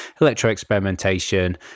electro-experimentation